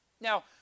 Now